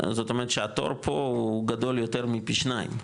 זאת אומרת שהתור פה הוא גדול יותר מפי שניים,